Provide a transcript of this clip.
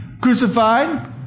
crucified